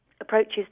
approaches